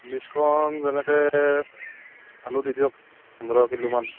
লিষ্টখন যেনেকৈ আলু দি দিয়ক পোন্ধৰ কিলোমান